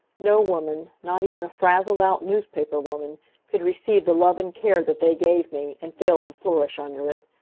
no woman not even a frazzled-out newspaper woman could receive the love and care that they gave me, and fail to flourish under it.